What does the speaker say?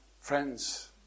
friends